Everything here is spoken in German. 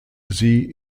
sie